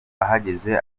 ahageze